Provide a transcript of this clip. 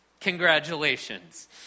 Congratulations